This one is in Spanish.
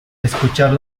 escuchar